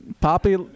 Poppy